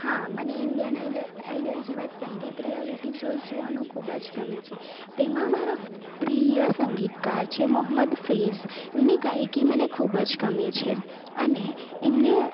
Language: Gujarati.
હાં મને ઈન્ડિયન આઇલો આઇડોલ જેવા સંગીત રિયાલિટી શોઝ જોવાનું ખૂબ જ ગમે છે તેમાં મારો પ્રિય સંગીતકાર છે મોહમ્મદ ફેઝ એમની ગાયકી મને ખૂબ જ ગમે છે અને એમને